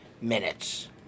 minutes